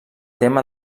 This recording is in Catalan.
tema